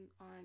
on